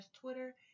Twitter